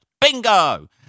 Bingo